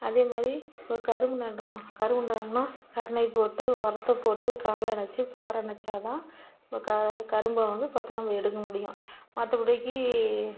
அதேமாதிரி இப்போது கரும்பு நடுறோம் கரும்பு நடுறோம்னா போட்டு உரத்தை போட்டு காலணைச்சு பாரணைச்சால் தான் இப்போ க கரும்பில் வந்து பத்துரூபா நம்ம எடுக்க முடியும் மற்றபடிக்கு